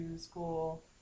school